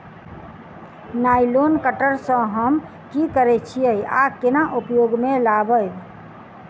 Nylon cutter सँ हम की करै छीयै आ केना उपयोग म लाबबै?